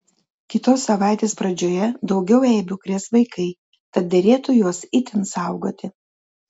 kitos savaitės pradžioje daugiau eibių krės vaikai tad derėtų juos itin saugoti